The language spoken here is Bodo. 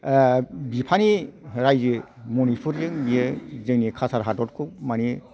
ओह बिफानि राज्यो मनिपुरजों बियो जोंनि कासार हादरखौ मानि